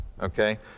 Okay